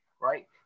right